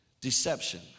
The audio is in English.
deception